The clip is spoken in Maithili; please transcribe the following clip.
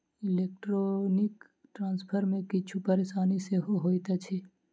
इलेक्ट्रौनीक ट्रांस्फर मे किछु परेशानी सेहो होइत अछि